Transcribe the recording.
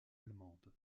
allemande